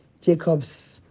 Jacob's